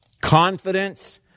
Confidence